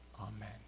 Amen